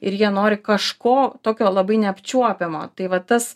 ir jie nori kažko tokio labai neapčiuopiamo tai va tas